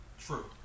True